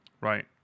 Right